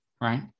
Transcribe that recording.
right